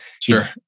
sure